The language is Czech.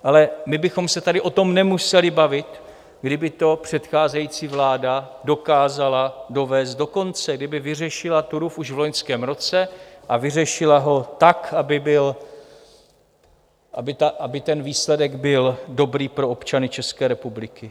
Ale my bychom se tady o tom nemuseli bavit, kdyby to předcházející vláda dokázala dovést do konce, kdyby vyřešila Turów už v loňském roce a vyřešila ho tak, aby ten výsledek byl dobrý pro občany České republiky.